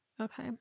Okay